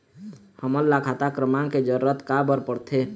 हमन ला खाता क्रमांक के जरूरत का बर पड़थे?